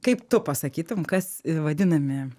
kaip tu pasakytum kas vadinami